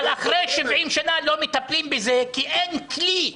אבל אחרי 70 שנה לא מטפלים בזה כי אין כלי.